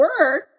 work